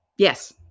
Yes